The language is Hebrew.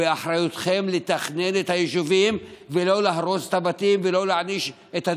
ואחריותכם לתכנן את היישובים ולא להרוס את הבתים ולא להעניש את הדיירים.